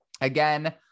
again